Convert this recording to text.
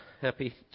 happy